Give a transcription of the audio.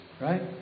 right